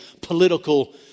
political